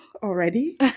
Already